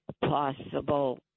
possible